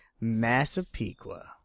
Massapequa